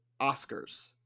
Oscars